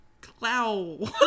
Clow